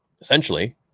Essentially